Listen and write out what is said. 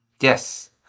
Yes